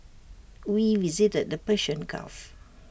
we visited the Persian gulf